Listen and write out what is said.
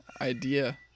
idea